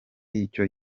icyo